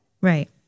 Right